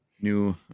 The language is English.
new